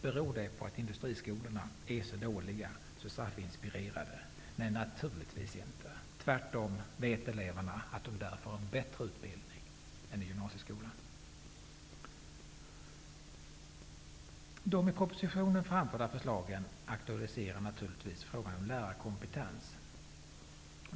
Beror det på att industriskolorna är så dåliga och SAF-inspirerade? Nej, naturligtvis inte. Tvärtom! Eleverna vet att de där får en bättre utbildning än i gymnasieskolan. De i propositionen framförda förslagen aktualiserar naturligtvis frågan om lärarkompetens.